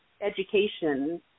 education